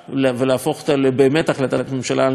אותה להחלטת ממשלה באמת על מפרץ חיפה,